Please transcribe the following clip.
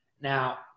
Now